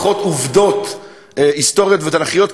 פחות עובדות היסטוריות ותנ"כיות,